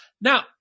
Now